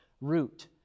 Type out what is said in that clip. root